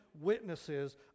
witnesses